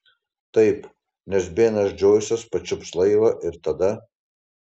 taip nes benas džoisas pačiups laivą ir tada